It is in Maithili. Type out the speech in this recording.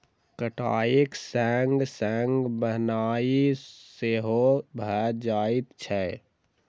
कटाइक संग संग बन्हाइ सेहो भ जाइत छै